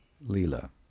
Lila